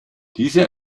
diese